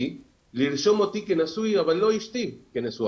כלומר לרשום אותי כנשוי אבל לא את אשתי כנשואה,